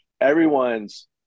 everyone's